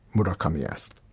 murakami asked.